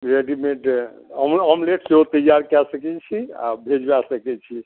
readymade omelette सेहो तैयार कए सकै छी आ भेजवा सकै छी